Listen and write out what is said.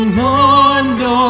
mondo